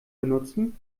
benutzen